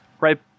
Right